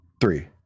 three